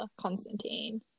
Constantine